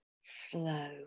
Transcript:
slow